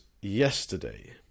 yesterday